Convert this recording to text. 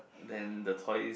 then the toys